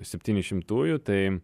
septyni šimtųjų tai